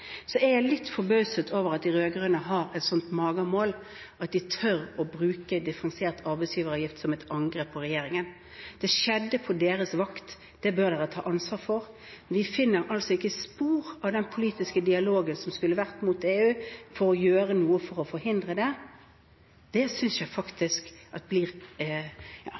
Så jeg er litt forbauset over at de rød-grønne har magemål nok til å tørre å bruke differensiert arbeidsgiveravgift som et angrep på regjeringen. Det skjedde på deres vakt. Det bør dere ta ansvar for. Vi finner altså ikke spor av den politiske dialogen som skulle vært mot EU for å gjøre noe for å forhindre det. Jeg synes faktisk at